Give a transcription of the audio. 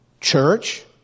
Church